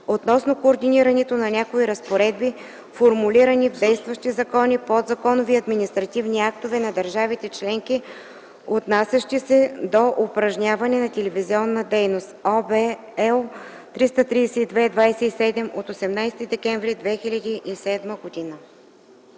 относно координирането на някои разпоредби, формулирани в действащи закони, подзаконови и административни актове на държавите членки, отнасящи се до упражняване на телевизионна дейност (ОВ,L 332/27 от 18 декември 2007 г.).”